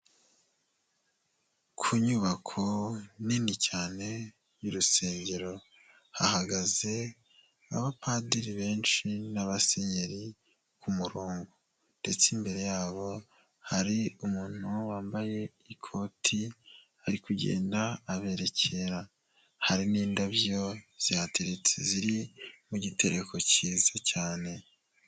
Ku nyubako nini cyane y'urusengero hahagaze abapadiri benshi n'abasenyeri ku murongo ndetse imbere yabo hari umuntu wambaye ikoti ari kugenda aberekera, hari n'indabyo zateretse ziri mu gitereko cyiza cyane.